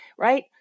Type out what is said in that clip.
Right